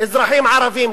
אזרחים ערבים.